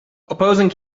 opposing